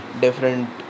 different